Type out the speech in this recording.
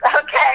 okay